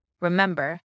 Remember